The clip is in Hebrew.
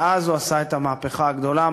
ואז עשה את המהפכה הגדולה,